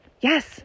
Yes